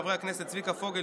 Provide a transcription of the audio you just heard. חברי הכנסת צביקה פוגל,